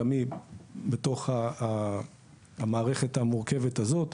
גם היא בתוך המערכת המורכבת הזאת.